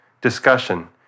discussion